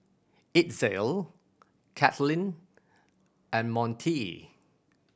Itzel Caitlin and Montie